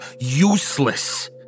useless